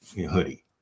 hoodie